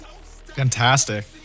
Fantastic